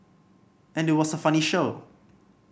and it was a funny show